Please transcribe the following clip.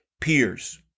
peers